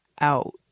out